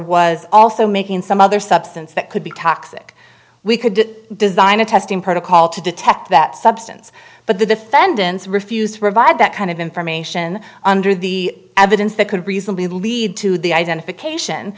was also making some other substance that could be toxic we could design a testing protocol to detect that substance but the defendants refused to provide that kind of information under the evidence that could reasonably lead to the identification